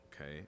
okay